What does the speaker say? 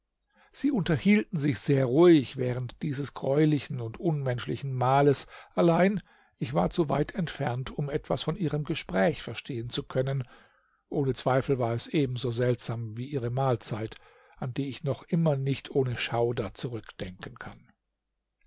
sie unterhielten sich sehr ruhig während dieses greulichen und unmenschlichen mahles allein ich war zu weit entfernt um etwas von ihrem gespräch verstehen zu können ohne zweifel war es ebenso seltsam wie ihre mahlzeit an die ich noch immer nicht ohne schauder zurückdenken kann